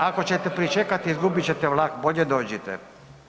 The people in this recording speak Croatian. Ali ako ćete pričekati izgubit ćete vlak, bolje dođite.